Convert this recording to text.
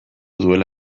duela